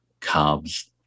carbs